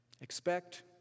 Expect